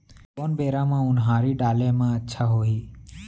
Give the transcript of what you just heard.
कोन बेरा म उनहारी डाले म अच्छा होही?